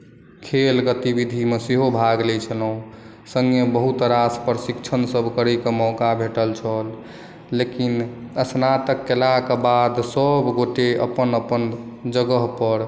खेल गतिविधिमे सेहो भाग लै छलहुँ सङ्गे बहुत रास प्रशिक्षण सभ करैकेँ मौका भेटल छल लेकिन स्नातक केलाके बाद सभ गोटे अपन अपन जगह पर